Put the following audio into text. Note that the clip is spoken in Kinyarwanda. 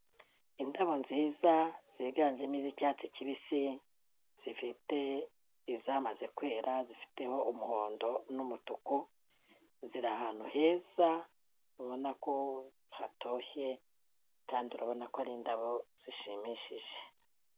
Indabo nziza ziganjemo iz'icyatsi kibisi, zifite izamaze kwera zifiteho umuhondo n'umutuku, ziri ahantu heza, ubona ko hatoshye, kandi urabona ko ari indabo zishimishije.